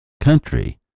country